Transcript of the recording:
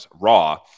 raw